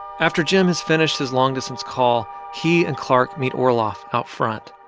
after jim has finished his long-distance call, he and clark meet orloff out front.